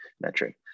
metric